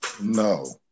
No